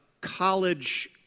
college